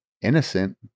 innocent